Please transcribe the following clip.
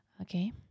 Okay